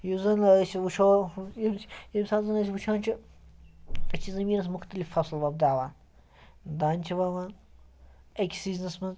یُس زَن أسۍ وٕچھو ییٚمہِ ساتَن أسۍ وٕچھان چھِ أسۍ چھِ زٔمیٖنَس مُختلف فَصٕل وۄپداوان دانہِ چھِ وَوان أکِس سیٖزنَس منٛز